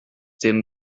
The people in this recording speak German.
dem